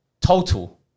total